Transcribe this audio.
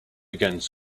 against